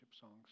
songs